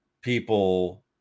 people